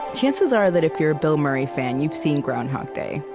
chances are that if you're a bill murray fan you've seen groundhog day.